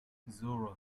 zora